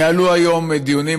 שניהלו היום דיונים.